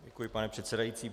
Děkuji, pane předsedající.